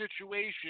situation